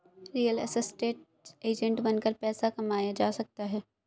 real estate agent बनकर पैसा कमाया जा सकता है